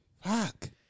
Fuck